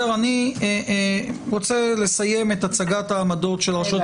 אני רוצה לסיים את הצגת העמדות של הרשויות